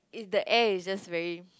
if the air is just very